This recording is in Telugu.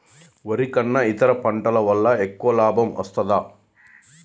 వరి కన్నా ఇతర పంటల వల్ల ఎక్కువ లాభం వస్తదా?